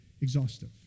exhaustive